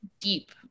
deep